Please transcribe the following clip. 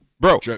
bro